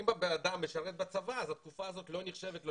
אם הבנאדם גם שירת בצבא אז התקופה הזאת לא נחשבת לו